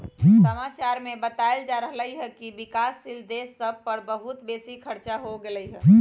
समाचार में बतायल जा रहल हइकि विकासशील देश सभ पर बहुते बेशी खरचा हो गेल हइ